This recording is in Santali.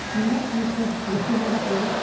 ᱛᱩᱢᱫᱟᱜ ᱴᱟᱢᱟᱠᱛᱮ ᱡᱟᱹᱥᱛᱤᱞᱮ ᱮᱱᱮᱡ ᱥᱮᱨᱮᱧᱟ